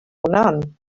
none